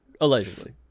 Allegedly